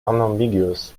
unambiguous